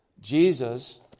Jesus